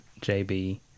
JB